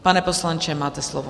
Pane poslanče, máte slovo.